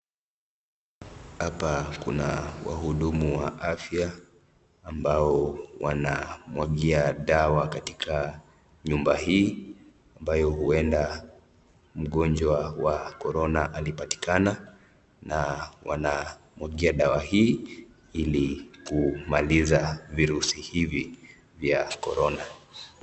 Hapa kuna wahudumu wa afya ambao wanamwagia dawa katika nyumba hii ambayo huenda mgonjwa wa korona alipatikana na wanamwagia dawa hii ili kumaliza viruzi hivi vya korona.